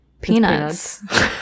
peanuts